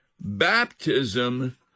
baptism